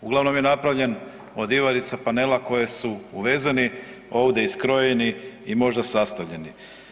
Uglavnom je napravljen od iverice panela koje su uvezeni, ovdje iskrojeni i možda sastavljeni.